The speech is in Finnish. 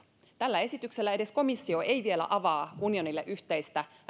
tällä esityksellä edes komissio ei vielä avaa unionille yhteistä